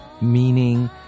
meaning